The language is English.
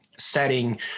setting